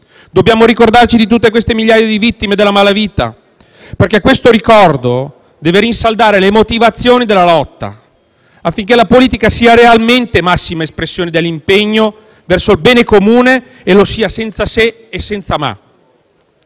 Dobbiamo ricordarci di tutte queste migliaia di vittime della malavita, perché il ricordo deve rinsaldare le motivazioni della lotta, affinché la politica sia realmente la massima espressione dell'impegno verso il bene comune, senza se e senza ma.